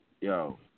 yo